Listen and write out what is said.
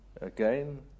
Again